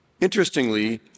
Interestingly